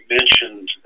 mentioned